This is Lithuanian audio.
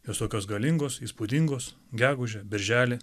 visokios galingos įspūdingos gegužę birželį